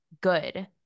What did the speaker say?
good